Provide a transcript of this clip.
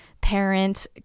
parent